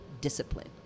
discipline